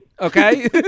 okay